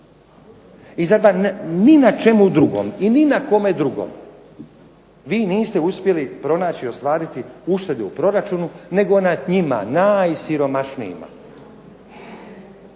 da na ni na čemu drugom i ni na kome drugom vi niste uspjeli pronaći, ostvariti uštede u proračunu nego na njima, najsiromašnijima.